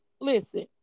Listen